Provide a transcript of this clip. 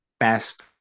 fast